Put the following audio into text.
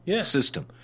system